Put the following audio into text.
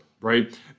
right